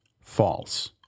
False